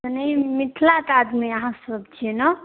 तनी ई मिथलाके आदमी अहाँसभ छियै ने